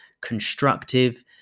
constructive